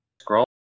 scroll